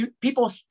people